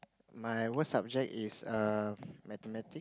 my worst subject is err mathematics